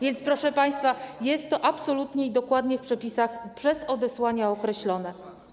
Więc, proszę państwa, jest to absolutnie i dokładnie w przepisach przez odesłania określone.